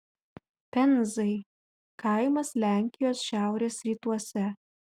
penzai kaimas lenkijos šiaurės rytuose